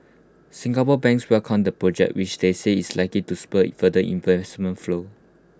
Singapore banks welcomed the project which they say is likely to spur further investment flows